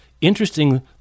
interesting